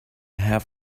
have